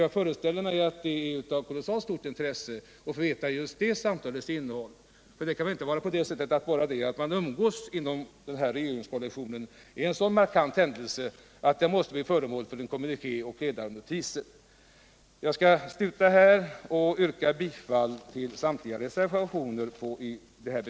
Jag föreställer mig att det är av oerhört stort intresse att få ta del av det samtalet. Det kan väl inte vara så att enbart förhållandet att man umgås inom regeringskoalitionen är en så ovanlig händelse att den måste bli föremål för en kommuniké och finnas i ledarnotiser. Avslutningsvis yrkar jag bifall till samtliga reservationer.